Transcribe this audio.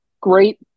great